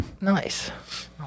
Nice